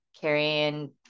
carrying